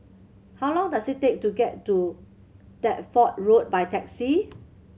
how long does it take to get to Deptford Road by taxi